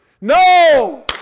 No